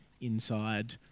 inside